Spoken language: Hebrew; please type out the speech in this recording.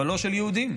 אבל לא של יהודים.